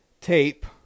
tape